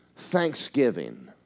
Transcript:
Thanksgiving